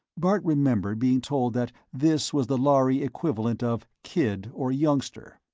bart remembered being told that this was the lhari equivalent of kid or youngster.